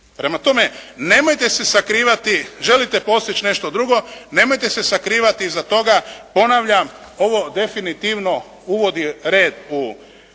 prema tome nemojte se sakrivati, želite postići nešto drugo, nemojte se sakrivati iza toga. Ponavljam, ovo definitivno uvodi red u